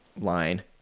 line